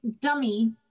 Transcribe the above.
dummy